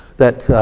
that